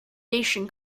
nation